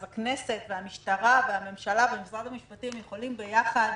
אז הכנסת והמשטרה והממשלה ומשרד המשפטים יכולים ביחד